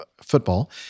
football